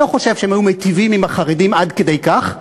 אני לא חושב שהם היו מיטיבים עם החרדים עד כדי כך,